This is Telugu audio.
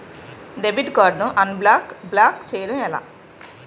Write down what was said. డెబిట్ కార్డ్ ను అన్బ్లాక్ బ్లాక్ చేయటం ఎలా?